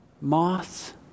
Moths